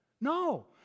No